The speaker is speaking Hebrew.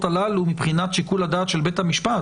הללו מבחינת שיקול הדעת של בית המשפט.